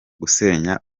gusenya